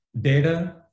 Data